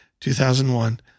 2001